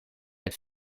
het